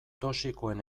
toxikoen